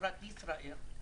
חברת ישראייר,